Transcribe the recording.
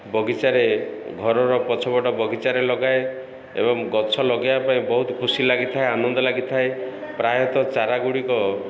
ବଗିଚାରେ ଘରର ପଛପଟ ବଗିଚାରେ ଲଗାଏ ଏବଂ ଗଛ ଲଗେଇବା ପାଇଁ ବହୁତ ଖୁସି ଲାଗିଥାଏ ଆନନ୍ଦ ଲାଗିଥାଏ ପ୍ରାୟତଃ ଚାରାଗୁଡ଼ିକ